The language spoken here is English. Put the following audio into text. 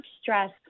stress